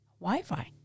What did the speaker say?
Wi-Fi